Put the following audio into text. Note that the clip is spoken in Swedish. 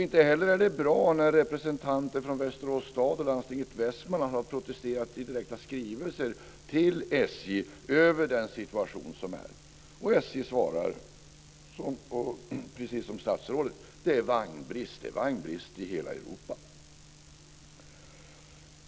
Inte heller är det bra när representanter från Västerås stad och Landstinget i Västmanland har protesterat i direkta skrivelser till SJ över den situation som råder. Och SJ svarar, precis som statsrådet: Det är vagnsbrist, det är vagnsbrist i hela Europa.